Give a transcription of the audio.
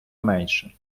менше